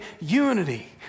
unity